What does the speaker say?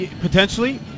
potentially